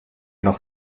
noch